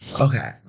Okay